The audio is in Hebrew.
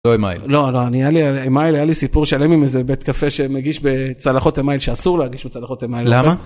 לא אמייל. לא לא. אני, היה לי, אמייל, אני, היה לי איזה סיפור שלם עם איזה בית קפה שמגיש בצלחות אמייל שאסור להגיש בצלחות אמייל. למה?